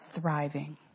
thriving